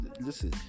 listen